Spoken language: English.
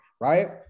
right